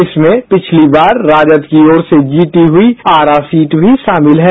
इसमें पिछली बार राजद की ओर से जीती हुई आरा सीट भी शामिल है